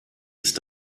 ist